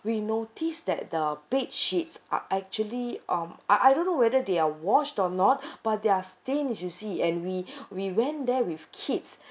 we noticed that the bedsheets are actually um I I don't know whether they are washed or not but there are stains you see and we we went there with kids